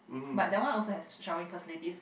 but that one also has showering facilities